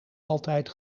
altijd